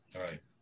right